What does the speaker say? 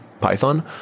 python